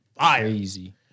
Crazy